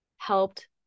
helped